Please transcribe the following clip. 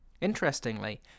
Interestingly